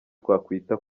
twakwita